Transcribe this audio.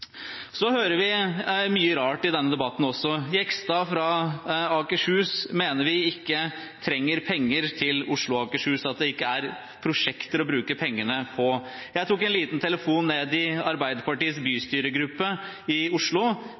Så hører vi mye rart i denne debatten også. Jegstad fra Akershus mener vi ikke trenger penger til Oslo og Akershus, at det ikke er prosjekter å bruke pengene på. Jeg tok en kort telefon til Arbeiderpartiets bystyregruppe i Oslo.